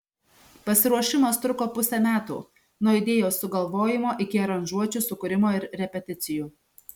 pasiruošimas truko pusę metų nuo idėjos sugalvojimo iki aranžuočių sukūrimo ir repeticijų